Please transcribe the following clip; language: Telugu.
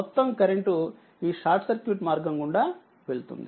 మొత్తం కరెంట్ఈ షార్ట్ సర్క్యూట్ మార్గం గుండా వెళుతుంది